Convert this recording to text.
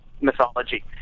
mythology